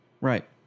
Right